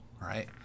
right